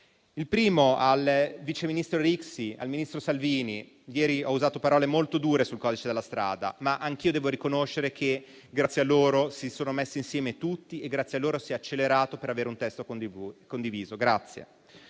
Il primo al vice ministro Rixi e al ministro Salvini: ieri ho usato parole molto dure sul codice della strada, ma anch'io devo riconoscere che grazie a loro si sono messi insieme tutti e grazie a loro si è accelerato per avere un testo condiviso. Al